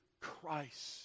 Christ